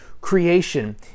creation